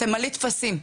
תמלאי טפסים.